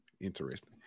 Interesting